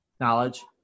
knowledge